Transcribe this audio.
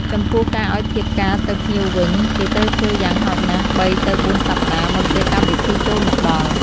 ចំពោះការឱ្យធៀបការទៅភ្ញៀវវិញ គេត្រូវធ្វើយ៉ាងហោចណាស់ ៣ ទៅ ៤សប្ដាហ៍មុនពេលកម្មវិធីចូលមកដល់។